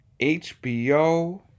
HBO